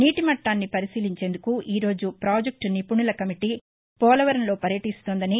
నీటి మట్లాన్ని పరిశీలించేందుకు ఈ రోజు పాజెక్టు నిపుణుల కమిటీ పోలవరంలో పర్యటిస్తోందని